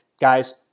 Guys